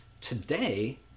Today